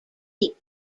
eight